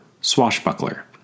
Swashbuckler